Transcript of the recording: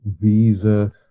visa